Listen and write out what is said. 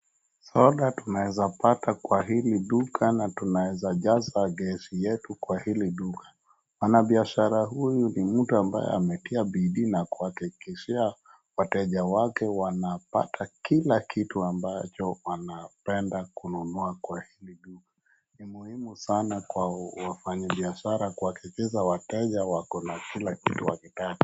Soda tunaeza pata kwa hili duka na tunaweza jaza gesi letu kwa hili duka. Mwanabiashara huyu ni mtu ambaye ametia bidii kuhakikishia wateja wake wanapata kila kitu ambacho wanapenda kununua kwa hili duka. Ni muhimu sana kwa wafanyibiashara kuhakikisha wako na kila kitu wanataka.